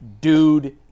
dude